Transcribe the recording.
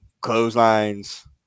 clotheslines